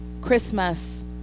Christmas